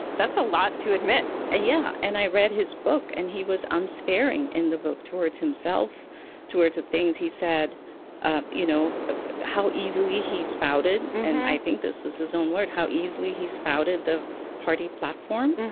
that's a lot to admit ah yeah and i read his book and he was unsparing in the book towards himself towards the things he said ah you know ah how easily he spouted and i think this was his own word how easily he spouted the party platform.